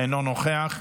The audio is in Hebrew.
אינו נוכח,